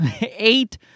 Eight